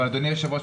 אדוני היושב-ראש,